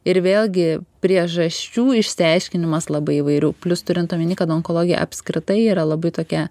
ir vėlgi priežasčių išsiaiškinimas labai įvairių plius turint omeny kad onkologija apskritai yra labai tokia